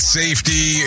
safety